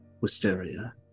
Wisteria